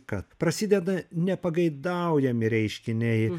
kad prasideda nepageidaujami reiškiniai